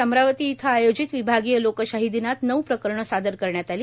आज अमरावती इथं आयोजित विभागीय लोकशाही दिनात नऊ प्रकरणे सादर करण्यात आली